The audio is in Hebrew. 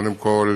קודם כול